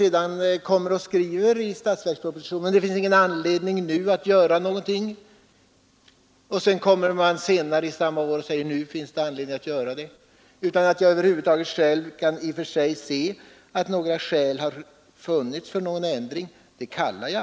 Statsrådet skrev sedan i statsverkspropositionen i år att det inte fanns anledning att göra någonting. Nu i slutet av samma år har han funnit anledning lägga fram förslaget. Detta kallar jag och kommer att fortsätta att kalla för en vinglig linje.